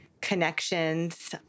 connections